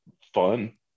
Fun